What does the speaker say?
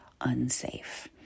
unsafe